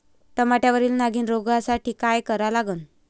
टमाट्यावरील नागीण रोगसाठी काय करा लागन?